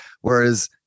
whereas